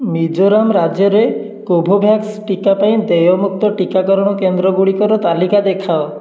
ମିଜୋରାମ୍ ରାଜ୍ୟରେ କୋଭୋଭ୍ୟାକ୍ସ ଟିକା ପାଇଁ ଦେୟମୁକ୍ତ ଟିକାକରଣ କେନ୍ଦ୍ର ଗୁଡ଼ିକର ତାଲିକା ଦେଖାଅ